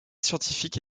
scientifique